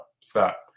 stop